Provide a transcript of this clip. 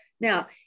Now